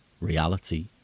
reality